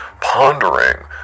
pondering